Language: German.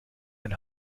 ein